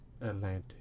Atlantic